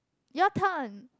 your turn